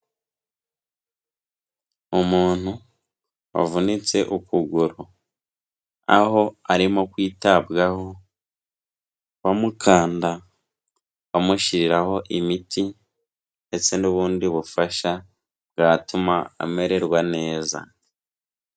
Umuntu wavunitse ukuguru aho arimo kwitabwaho, bamukanda bamushyiriraho imiti ndetse n'ubundi bufasha bwatuma amererwa neza.